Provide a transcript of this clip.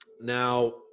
Now